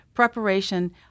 Preparation